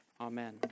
amen